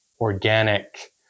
organic